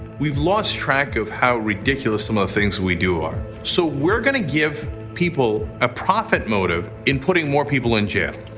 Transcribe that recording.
we've lost track of how ridiculous some of the things we do are. so we're gonna give people a profit motive in putting more people in jail?